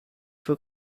für